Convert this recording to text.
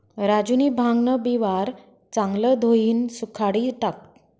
राजूनी भांगन बिवारं चांगलं धोयीन सुखाडी टाकं